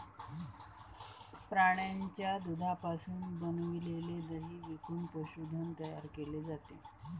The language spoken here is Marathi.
प्राण्यांच्या दुधापासून बनविलेले दही विकून पशुधन तयार केले जाते